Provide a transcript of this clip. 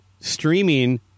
streaming –